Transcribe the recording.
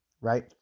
right